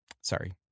sorry